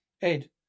Ed